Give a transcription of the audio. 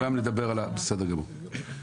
בסדר גמור.